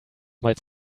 might